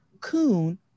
coon